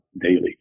daily